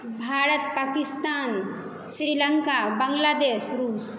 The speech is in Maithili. भारत पाकिसतान श्रीलंका बांग्लादेश रूस